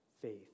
faith